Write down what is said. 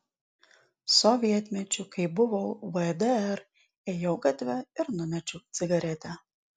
sovietmečiu kai buvau vdr ėjau gatve ir numečiau cigaretę